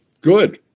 good